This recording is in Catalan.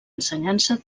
ensenyança